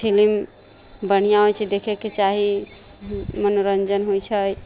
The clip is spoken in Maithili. फिलिम बढ़िआँ होइत छै देखैके चाही मनोरञ्जन होइत छै